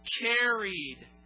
carried